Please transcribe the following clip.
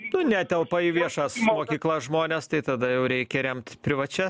nu netelpa į viešas mokyklas žmonės tai tada jau reikia remt privačia